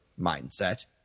mindset